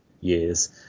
years